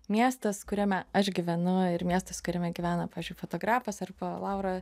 miestas kuriame aš gyvenu ir miestas kuriame gyvena pavyzdžiui fotografas arba laura